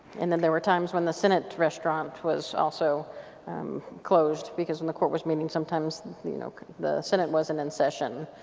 and then there were times that the senate restaurant was also closed. because when the court was meeting sometimes the you know the senate wasn't in session.